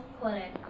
clinic